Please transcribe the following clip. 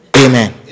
Amen